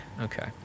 Okay